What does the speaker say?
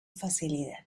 facilidad